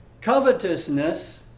Covetousness